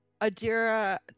Adira